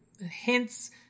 hints